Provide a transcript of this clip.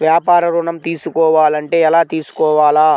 వ్యాపార ఋణం తీసుకోవాలంటే ఎలా తీసుకోవాలా?